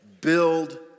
Build